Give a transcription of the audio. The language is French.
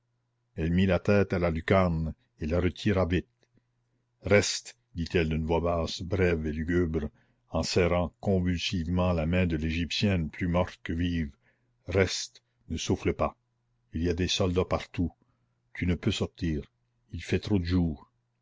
elle mit la tête à la lucarne et la retira vite reste dit-elle d'une voix basse brève et lugubre en serrant convulsivement la main de l'égyptienne plus morte que vive reste ne souffle pas il y a des soldats partout tu ne peux sortir il fait trop de jour